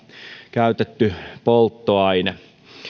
käytetty polttoaine